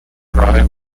drive